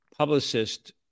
publicist